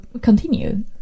continue